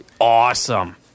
Awesome